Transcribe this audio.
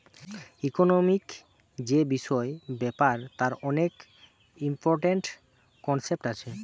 economic যে বিষয় ব্যাপার তার অনেক ইম্পরট্যান্ট কনসেপ্ট আছে